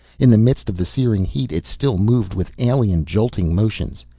in the midst of the searing heat it still moved with alien, jolting motions.